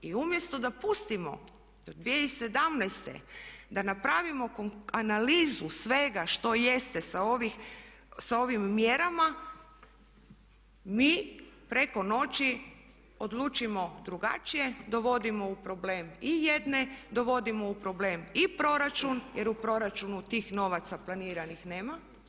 I umjesto da pustimo do 2017. da napravimo analizu svega što jeste sa ovim mjerama mi preko noći odlučimo drugačije, dovodimo u problem i jedne, dovodimo u problem i proračun jer u proračunu tih novaca planiranih nema.